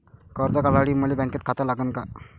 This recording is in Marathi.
कर्ज काढासाठी मले बँकेत खातं लागन का?